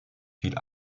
viel